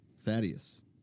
Thaddeus